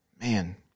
man